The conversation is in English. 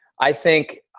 i think,